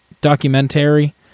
documentary